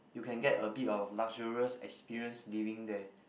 you can get a bit of luxurious experience living there